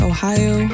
Ohio